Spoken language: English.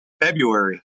february